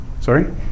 Sorry